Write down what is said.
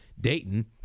Dayton